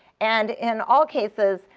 and in all cases,